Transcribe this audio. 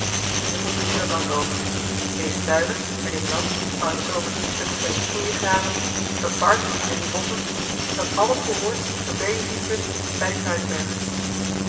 nu moeten we hier het land over deze tuinen en dit land waarin s zomers een stuk of zes koeien grazen dat park en die bosschen dat alles behoort zoover je zien kunt bij den